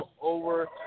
over